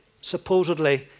supposedly